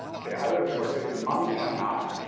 okay, i would of course say montonac